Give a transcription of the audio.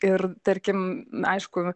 ir tarkim aišku